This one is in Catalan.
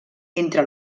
entre